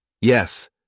Yes